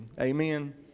amen